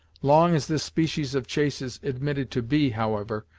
long as this species of chase is admitted to be, however,